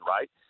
right